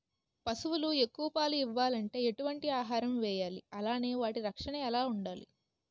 పశువులు ఎక్కువ పాలు ఇవ్వాలంటే ఎటు వంటి ఆహారం వేయాలి అలానే వాటి రక్షణ ఎలా వుండాలి?